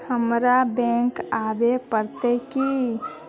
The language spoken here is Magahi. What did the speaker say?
हमरा बैंक आवे पड़ते की?